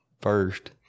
first